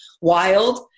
wild